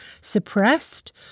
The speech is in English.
suppressed